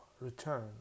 return